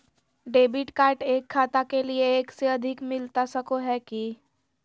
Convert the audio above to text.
Debit card एक खाता के लिए एक से अधिक मिलता सको है की?